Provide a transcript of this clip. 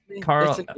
Carl